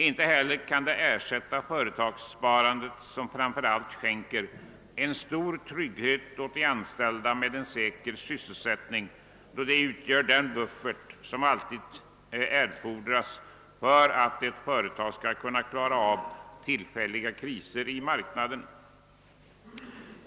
Inte heller kan det ersätta företagssparandet som framför allt skänker stor trygghet åt de anställda genom säker sysselsättning, eftersom det utgör den buffert som alltid erfordras för att ett företag skall klara tillfälliga marknadskriser.